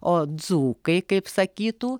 o dzūkai kaip sakytų